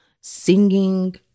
singing